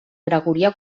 gregorià